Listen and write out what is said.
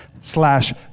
slash